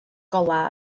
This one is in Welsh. golau